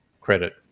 credit